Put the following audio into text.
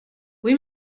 oui